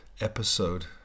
episode